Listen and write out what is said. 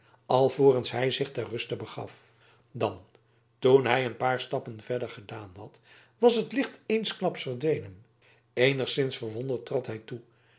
alvorens hij zich ter ruste begaf dan toen hij een paar stappen verder gedaan had was het licht eensklaps verdwenen eenigszins verwonderd trad hij toe